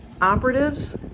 operatives